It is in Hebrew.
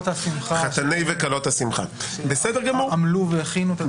חתני וכלות השמחה שעמלו והכינו את הדברים.